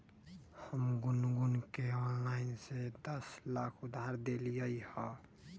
हम गुनगुण के ऑनलाइन से दस लाख उधार देलिअई ह